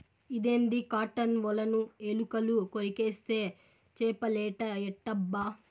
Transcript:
ఇదేంది కాటన్ ఒలను ఎలుకలు కొరికేస్తే చేపలేట ఎట్టబ్బా